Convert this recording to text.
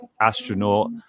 astronaut